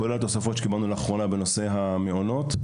כולל התוספות שקיבלנו לאחרונה בנושא המעונות.